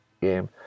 game